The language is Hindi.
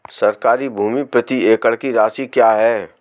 सरकारी भूमि प्रति एकड़ की राशि क्या है?